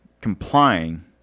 complying